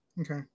Okay